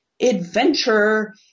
adventure